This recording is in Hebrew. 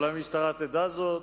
אבל המשטרה תדע זאת,